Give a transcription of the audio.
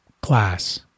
Class